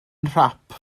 nhrap